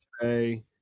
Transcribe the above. today